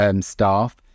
staff